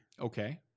Okay